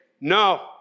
no